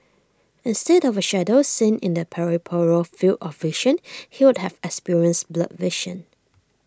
instead of A shadow seen in the peripheral field of vision he would have experienced blurred vision